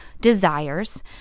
desires